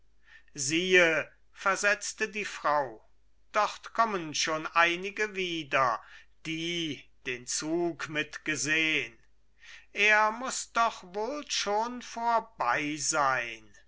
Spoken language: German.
siehe versetzte die frau dort kommen schon einige wieder die den zug mit gesehn er muß doch wohl schon vorbei sein